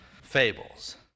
fables